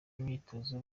imyitozo